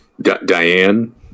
Diane